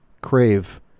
crave